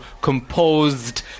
composed